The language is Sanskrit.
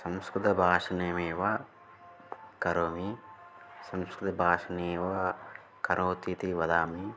संस्कृतभाषणमेव करोमि संस्कृभाषणमेव करोमीति वदामि